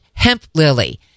HempLily